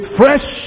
fresh